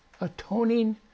atoning